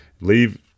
leave